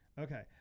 okay